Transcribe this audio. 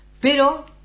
Pero